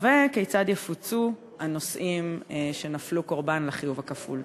3. כיצד יפוצו הנוסעים שנפלו קורבן לחיוב הכפול?